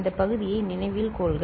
இந்த பகுதியை நினைவில் கொள்க